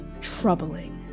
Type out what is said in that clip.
troubling